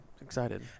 excited